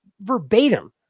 verbatim